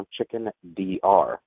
ChickenDr